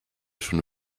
schon